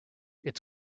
its